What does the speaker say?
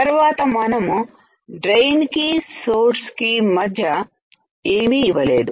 తర్వాత మనం drain కి సోర్స్ కి మధ్య ఏమీ ఇవ్వలేదు